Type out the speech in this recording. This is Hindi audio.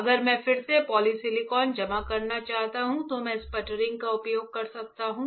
अगर मैं फिर से पॉलीसिलिकॉन जमा करना चाहता हूं तो मैं स्पटरिंग का उपयोग कर सकता हूं